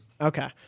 Okay